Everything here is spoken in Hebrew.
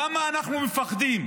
למה אנחנו מפחדים?